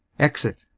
exit